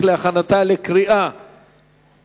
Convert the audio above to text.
(יום הסטודנט הלאומי),